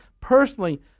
personally